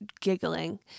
giggling